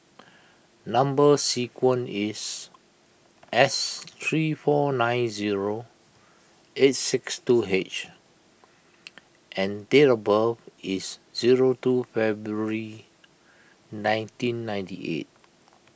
Number Sequence is S three four nine zero eight six two H and date of birth is zero two February nineteen ninety eight